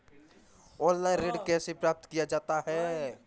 Online ऋण कैसे लिया जाता है?